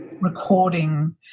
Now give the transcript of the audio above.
recording